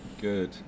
Good